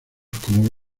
como